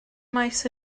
maes